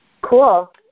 Cool